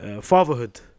fatherhood